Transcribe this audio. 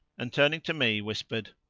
and, turning to me, whispered,